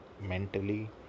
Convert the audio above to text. Mentally